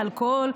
לאלכוהול,